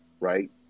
right